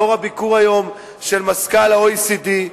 לאור הביקור היום של מזכ"ל ה-OECD,